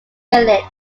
village